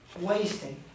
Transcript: Wasting